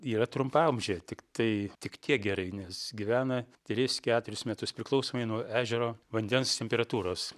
yra trumpaamžė tiktai tik tiek gerai nes gyvena tris keturis metus priklausomai nuo ežero vandens temperatūros